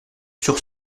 sur